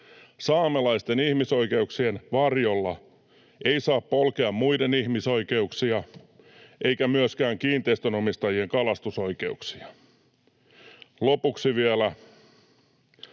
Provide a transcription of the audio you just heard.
Saamelaisten ihmisoikeuksien varjolla ei saa polkea muiden ihmisoikeuksia eikä myöskään kiinteistönomistajien kalastusoikeuksia. Lopuksi vielä: